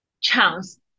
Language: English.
chance